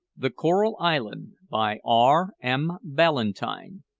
the coral island, by r m. ballantyne.